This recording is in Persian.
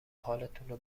حالتونو